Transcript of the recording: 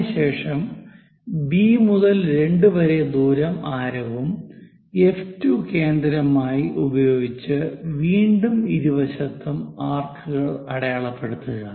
അതിനുശേഷം ബി മുതൽ 2 വരെ ദൂരം ആരവും എഫ്2 കേന്ദ്രമായി ആയി ഉപയോഗിച്ച് വീണ്ടും ഇരുവശത്തും ആർക്കുകൾ അടയാളപ്പെടുത്തുക